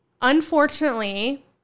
unfortunately